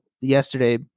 yesterday